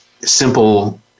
simple